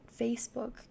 Facebook